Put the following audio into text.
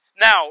Now